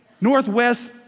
northwest